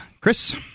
Chris